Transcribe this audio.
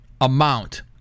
amount